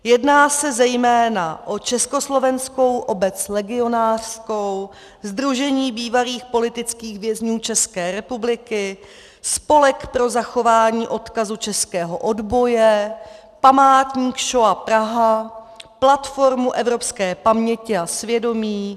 Jedná se zejména o Československou obec legionářskou, Sdružení bývalých politických vězňů České republiky, Spolek pro zachování odkazu českého odboje, Památník Šoa Praha, Platformu evropské paměti a svědomí.